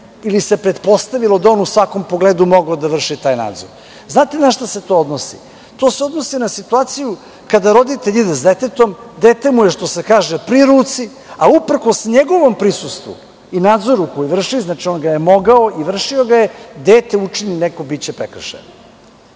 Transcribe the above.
ili se pretpostavilo, da je on u svakom pogledu mogao da vrši taj nadzor. Znate na šta se to odnosi? To se odnosi na situaciju kada roditelj ide s detetom, dete mu je pri ruci, a uprkos njegovom prisustvu i nadzoru koji vrši, znači on ga je mogao i vršio ga je, dete učini neki prekršaj.